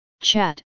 chat